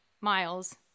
Miles